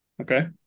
Okay